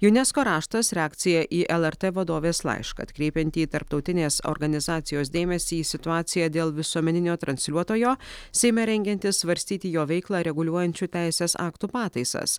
unesco raštas reakcija į lrt vadovės laišką atkreipiantį tarptautinės organizacijos dėmesį į situaciją dėl visuomeninio transliuotojo seime rengiantis svarstyti jo veiklą reguliuojančių teisės aktų pataisas